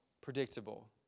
predictable